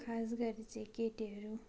खास गरी चाहिँ केटीहरू